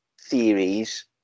theories